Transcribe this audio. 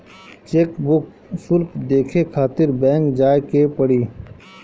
chequebook शुल्क देखे खातिर बैंक जाए के पड़ी